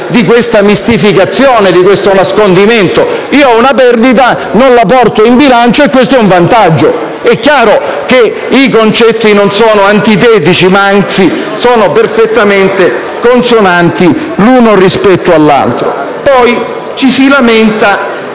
di questa mistificazione, di questo nascondimento: se una perdita non la si porta in bilancio, questo è un vantaggio. È chiaro che i concetti non sono antitetici, ma anzi perfettamente consonanti l'uno rispetto all'altro. Ci si lamenta